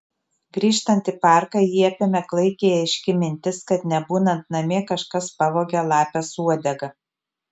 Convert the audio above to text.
grįžtant į parką jį apėmė klaikiai aiški mintis kad nebūnant namie kažkas pavogė lapės uodegą